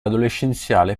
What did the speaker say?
adolescenziale